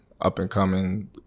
up-and-coming